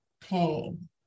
pain